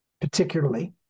particularly